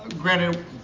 granted